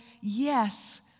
yes